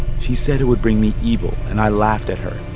she said it would bring me evil, and i laughed at her.